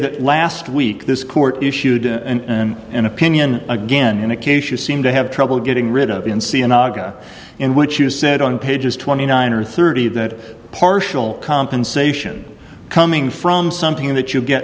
that last week this court issued an opinion again in a case you seem to have trouble getting rid of in c in aga in which you said on pages twenty nine or thirty that partial compensation coming from something that you get